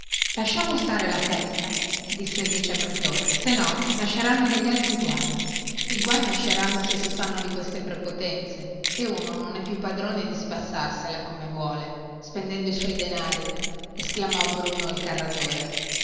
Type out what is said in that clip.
lasciamo stare la festa disse il vice pretore se no nasceranno degli altri guai i guai nasceranno se si fanno di queste prepotenze che uno non è più padrone di spassarsela come vuole spendendo i suoi denari esclamò bruno il carradore